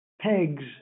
pegs